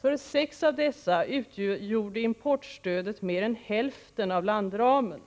För 6 av dessa utgjorde importstödet mer än hälften av landramen.